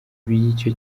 bw’icyo